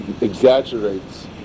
exaggerates